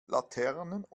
laternen